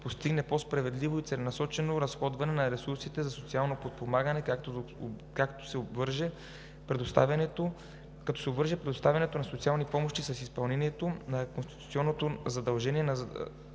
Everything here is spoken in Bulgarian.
постигне по-справедливо и целенасочено разходване на ресурсите за социално подпомагане, като се обвърже предоставянето на социална помощ с изпълнението на конституционното задължение за